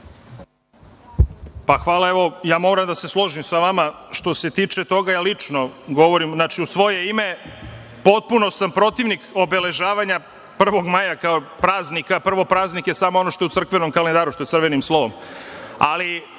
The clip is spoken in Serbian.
Hvala, evo, moram da se složim sa vama. Što se tiče, govorim lično u svoje ime, potpuno sam protivnik obeležavanja 1. maja kao praznika. Prvo, praznik je samo ono što je u crkvenom kalendaru, što je crvenim slovom. Ali,